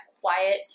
quiet